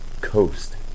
coast